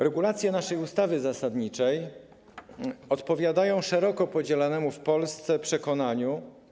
Regulacje naszej ustawy zasadniczej odpowiadają szeroko podzielanemu w Polsce przekonaniu.